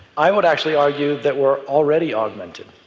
i would actually argue that we're already augmented.